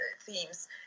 themes